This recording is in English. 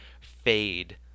fade